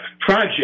project